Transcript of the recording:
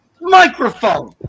Microphone